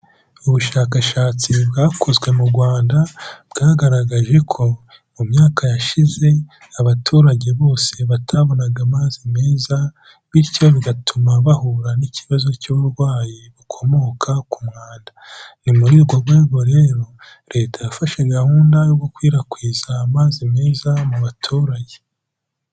Ubushakashatsi bwakozwe mu Rwanda bwagaragaje ko mu myaka yashize abaturage bose batabonaga amazi meza bityo bigatuma bahura n'ikibazo cy'uburwayi bukomoka ku mwanda, ni muri urwo rwego rero Leta yafashe gahunda yo gukwirakwiza amazi meza mu baturage.